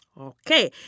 Okay